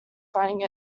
finding